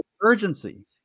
urgency